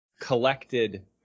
collected